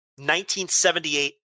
1978